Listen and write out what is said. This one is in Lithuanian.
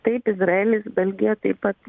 taip izraelis belgija taip pat